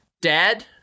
Dad